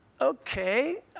Okay